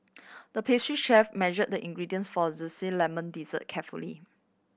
the pastry chef measured the ingredients for a zesty lemon dessert carefully